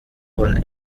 und